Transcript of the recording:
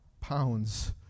pounds